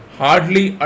hardly